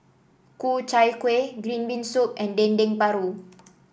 Ku Chai Kuih Green Bean Soup and Dendeng Paru